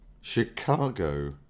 Chicago